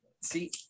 see